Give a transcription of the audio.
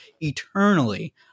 eternally